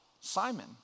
Simon